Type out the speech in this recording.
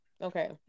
Okay